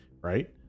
right